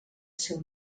seu